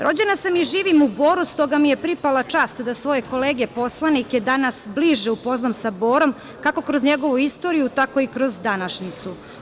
Rođena sam i živim u Boru, stoga mi je pripala čast da svoje kolege poslanike danas bliže upoznam sa Borom, kako kroz njegovu istoriju, tako i kroz današnjicu.